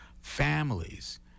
families